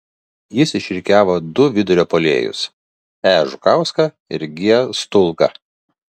jis išrikiavo du vidurio puolėjus e žukauską ir g stulgą